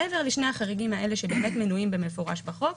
מעבר לשני החריגים הללו שמנויים במפורש בחוק,